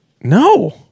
No